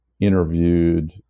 interviewed